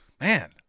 man